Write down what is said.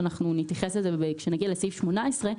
ואנחנו נתייחס לזה עת נגיע לסעיף 18,